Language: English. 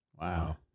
Wow